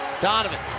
Donovan